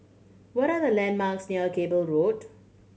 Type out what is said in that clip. what are the landmarks near Cable Road